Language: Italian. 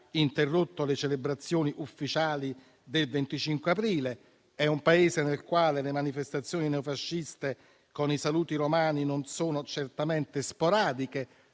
interrotto le celebrazioni ufficiali del 25 aprile. È un Paese nel quale le manifestazioni neofasciste, con i saluti romani, non sono certamente sporadiche.